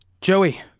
Joey